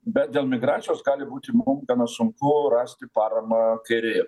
bet dėl migracijos gali būti mum gana sunku rasti paramą kairėje